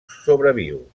sobreviu